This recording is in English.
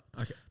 Okay